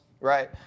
right